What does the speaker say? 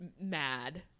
mad